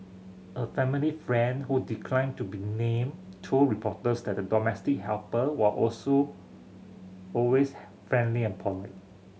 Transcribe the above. a family friend who declined to be named told reporters that the domestic helper were also always friendly and polite